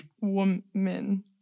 Woman